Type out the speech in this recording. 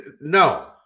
no